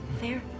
Fair